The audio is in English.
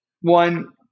one